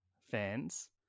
fans